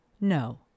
no